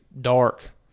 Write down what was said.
dark